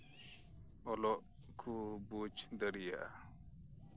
ᱚᱞᱚᱜ ᱠᱚ ᱵᱩᱡᱽ ᱫᱟᱲᱮᱭᱟᱜᱼᱟ